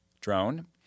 Drone